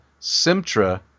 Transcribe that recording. Simtra